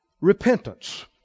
repentance